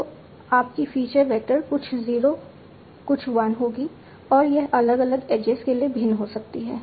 तो आपकी feature vector कुछ 0 कुछ 1 होगी और यह अलग अलग एजेज के लिए भिन्न हो सकती है